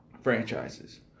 franchises